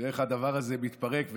ואיך הדבר הזה מתפרק.